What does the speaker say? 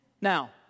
now